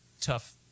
tough